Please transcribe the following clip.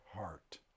heart